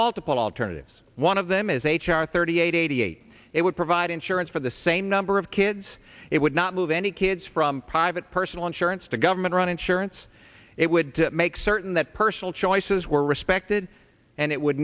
multiple alternatives one of them is h r thirty eight eighty eight it would provide insurance for the same number of kids it would not move any kids from private personal insurance to government run insurance it would make certain that personal weiss's were respected and it would